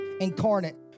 incarnate